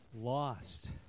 Lost